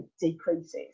decreases